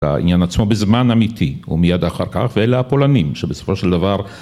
העניין עצמו בזמן אמיתי ומייד אחר כך ואלה הפולנים שבסופו של דבר